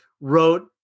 wrote